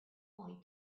point